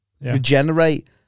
regenerate